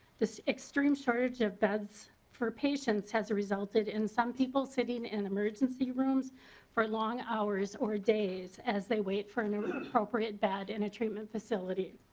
this extreme shortage of beds per patient has resulted in some people sitting in emergency rooms for long hours or days as they wait for and um a appropriate bed in a treatment facility.